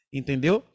entendeu